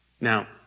Now